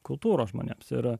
kultūros žmonėms ir